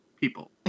people